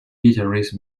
guitarist